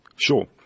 Sure